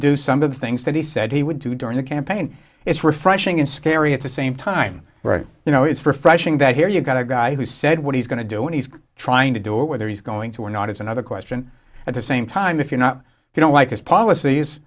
do some of the things that he said he would do during the campaign it's refreshing and scary at the same time you know it's refreshing that here you've got a guy who said what he's going to do and he's trying to do it whether he's going to or not is another question at the same time if you're not if you don't like his policies